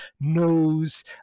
knows